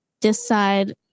decide